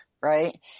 right